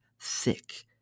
thick